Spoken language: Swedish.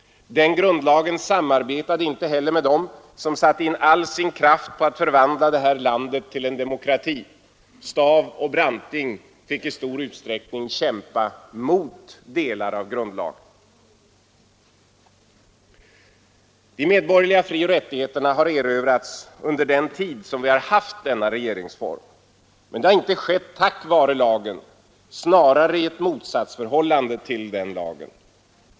Den grundlagen samarbetade inte heller med dem som satte in all sin kraft på att förvandla vårt land till en demokrati. Staaff och Branting fick i stor utsträckning kämpa mot delar av grundlagens formella utformning. De medborgerliga frioch rättigheterna har erövrats under den tid som vi haft denna regeringsform, men det har inte skett tack vare den lagen, snarare i motsatsförhållande till den.